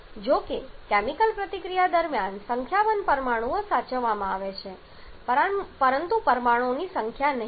જો કે કેમિકલ પ્રતિક્રિયા દરમિયાન સંખ્યાબંધ પરમાણુઓ સાચવવામાં આવે છે પરંતુ પરમાણુઓની સંખ્યા નહીં